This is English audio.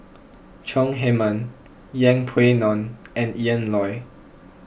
Chong Heman Yeng Pway Ngon and Ian Loy